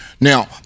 Now